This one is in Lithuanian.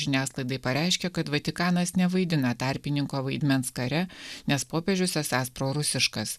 žiniasklaidai pareiškė kad vatikanas nevaidina tarpininko vaidmens kare nes popiežius esąs prorusiškas